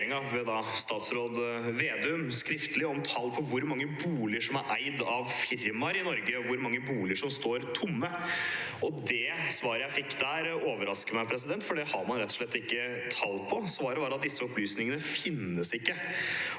ved statsråd Vedum, skriftlig om tall på hvor mange boliger som er eid av fir maer i Norge, og hvor mange boliger som står tomme. Det svaret jeg fikk, overrasket meg, for det har man rett og slett ikke tall på. Svaret var at disse opplysningene ikke